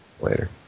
later